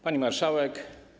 Pani Marszałek!